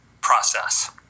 process